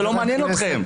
זה לא מעניין אתכם.